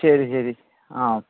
ശരി ശരി ആ